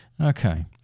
Okay